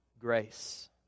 grace